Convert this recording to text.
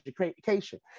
education